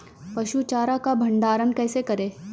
पसु चारा का भंडारण कैसे करें?